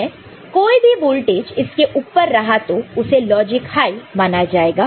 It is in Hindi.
कोई भी वोल्टेज इसके ऊपर रहा तो उसे लॉजिक हाई माना जाएगा